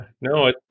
No